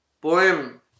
poem